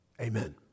Amen